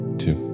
two